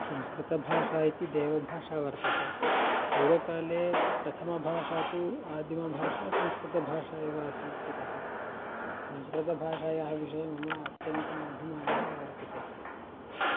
संस्कृतभाषा इति देवभाषा वर्तते पूर्वकाले प्रथमभाषा तु आदिमभाषा संस्कृतभाषा एव आसीत् यतः संस्कृतभाषायाः विषये मम अत्यन्तम् अभिमानः वर्तते